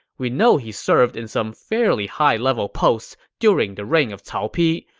we know he served in some fairly high-level posts during the reign of cao pi,